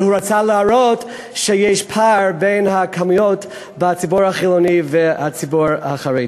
והוא רצה להראות שיש פער בין המספרים בציבור החילוני והציבור החרדי.